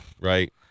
right